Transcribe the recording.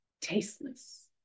tasteless